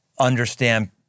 understand